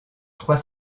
trois